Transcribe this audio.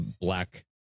black